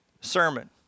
sermon